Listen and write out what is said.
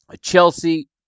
Chelsea